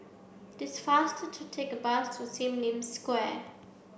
it is faster to take bus to Sim Lim Square